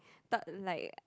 talk like